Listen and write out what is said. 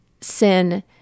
sin